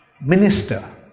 minister